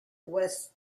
west